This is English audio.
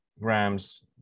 grams